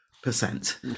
percent